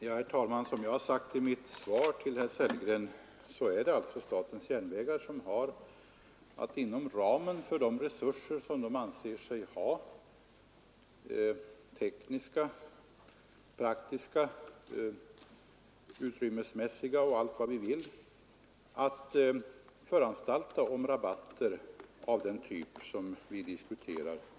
Herr talman! Som jag framhållit i mitt svar till herr Sellgren har statens järnvägar att inom ramen för de tekniska, praktiska och utrymmesmässiga resurser man anser sig ha föranstalta om rabatter av den typ som vi här diskuterar.